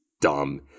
dumb